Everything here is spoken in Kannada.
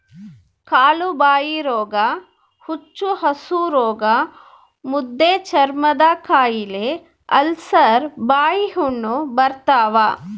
ಕಾಲುಬಾಯಿರೋಗ ಹುಚ್ಚುಹಸುರೋಗ ಮುದ್ದೆಚರ್ಮದಕಾಯಿಲೆ ಅಲ್ಸರ್ ಬಾಯಿಹುಣ್ಣು ಬರ್ತಾವ